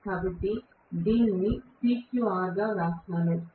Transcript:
కాబట్టి దీనిని PQR గా వ్రాస్తాను